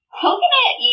coconut